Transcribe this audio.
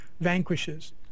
vanquishes